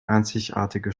einzigartige